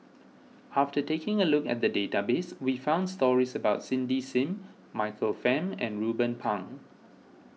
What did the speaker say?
after taking a look at the database we found stories about Cindy Sim Michael Fam and Ruben Pang